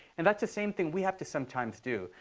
and that's the same thing we have to sometimes do.